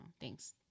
Thanks